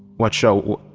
what show?